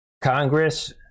Congress